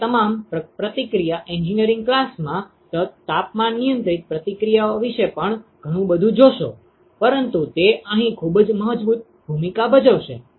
તમે તમારા પ્રતિક્રિયા એન્જિનીયરીંગ ક્લાસમાં તાપમાન નિયંત્રિત પ્રતિક્રિયાઓ વિશે ઘણું બધું જોશો પરંતુ તે અહીં ખૂબ જ મજબૂત ભૂમિકા ભજવશે